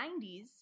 90s